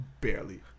barely